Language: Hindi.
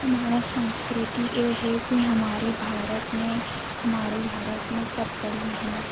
हमारी संस्कृति ये है कि हमारे भारत में हमारे भारत में सब कड़ी मेहनत